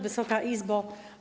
Wysoka Izbo!